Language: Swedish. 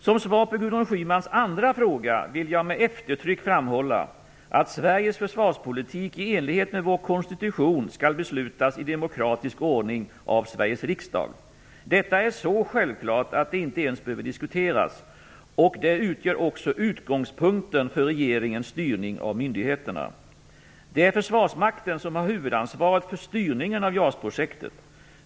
Som svar på Gudrun Schymans andra fråga vill jag med eftertryck framhålla att Sveriges försvarspolitik i enlighet med vår konstitution skall beslutas i demokratisk ordning av Sveriges riksdag. Detta är så självklart att det inte ens behöver diskuteras, och det utgör också utgångspunkten för regeringens styrning av myndigheterna. Det är Försvarsmakten som har huvudansvaret för styrningen av JAS-projektet.